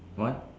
what